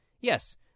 yes